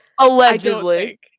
allegedly